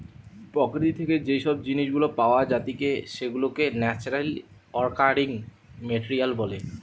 প্রকৃতি থেকে যেই জিনিস গুলা পাওয়া জাতিকে সেগুলাকে ন্যাচারালি অকারিং মেটেরিয়াল বলে